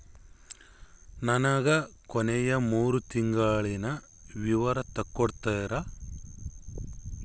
ನನಗ ಕೊನೆಯ ಮೂರು ತಿಂಗಳಿನ ವಿವರ ತಕ್ಕೊಡ್ತೇರಾ?